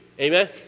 Amen